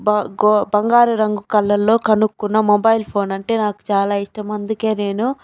బం బం బంగారు రంగు కలర్ లో కనుక్కున్న నా మొబైల్ ఫోన్ అంటే నాకు చాలా ఇష్టం అందుకే నేను